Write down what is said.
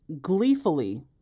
gleefully